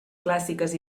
clàssiques